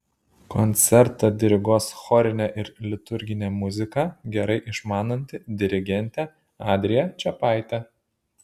koncertą diriguos chorinę ir liturginę muziką gerai išmananti dirigentė adrija čepaitė